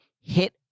hit